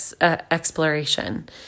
exploration